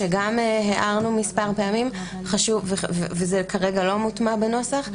גם עליו הערנו מספר פעמים וזה כרגע לא מוטמע בנוסח,